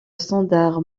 standard